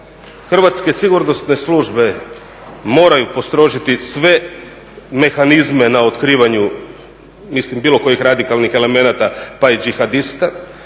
Hrvatske sigurnosne službe moraju postrožiti sve mehanizme na otkrivanju bilo kojih radikalnih elemenata pa i đihadista.